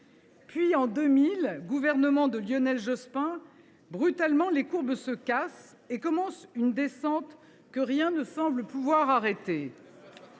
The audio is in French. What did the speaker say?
c’est le gouvernement de Lionel Jospin –, brutalement, les courbes se cassent et commence une descente que rien ne semble pouvoir arrêter.